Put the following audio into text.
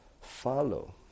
follow